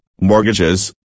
mortgages